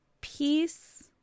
Peace